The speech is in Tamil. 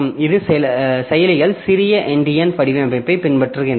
சில செயலிகள் சிறிய எண்டியன் வடிவமைப்பைப் பின்பற்றுகின்றன